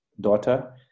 daughter